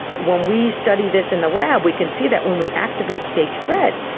when we study this in the lab we can see that when we activate fake threat,